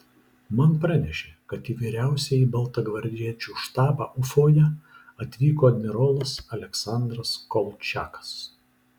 man pranešė kad į vyriausiąjį baltagvardiečių štabą ufoje atvyko admirolas aleksandras kolčiakas